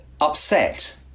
upset